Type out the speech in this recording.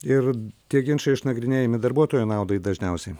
ir tie ginčai išnagrinėjami darbuotojo naudai dažniausiai